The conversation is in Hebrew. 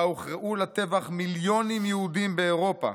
בה הוכרעו לטבח מיליונים יהודים באירופה,